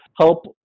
help